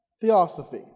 theosophy